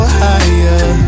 higher